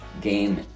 game